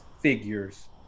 figures